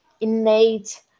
innate